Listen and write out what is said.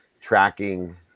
tracking